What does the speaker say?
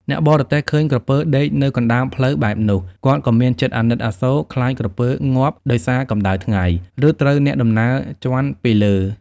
អ្នកបរទេះឃើញក្រពើដេកនៅកណ្តាលផ្លូវបែបនោះ គាត់ក៏មានចិត្តអាណិតអាសូរខ្លាចក្រពើងាប់ដោយសារកម្តៅថ្ងៃ ឬត្រូវអ្នកដំណើរជាន់ពីលើ។